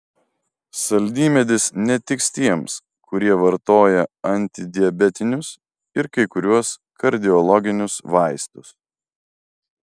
saldymedis netiks tiems kurie vartoja antidiabetinius ir kai kuriuos kardiologinius vaistus